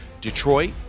Detroit